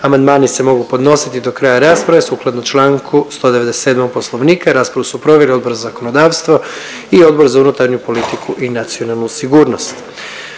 Amandmani se mogu podnositi do kraja rasprave sukladno čl. 197. Poslovnika. Raspravu su proveli Odbor za zakonodavstvo i Odbor za unutarnju politiku i nacionalnu sigurnost.